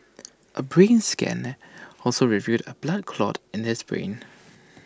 A brain scan also revealed A blood clot in his brain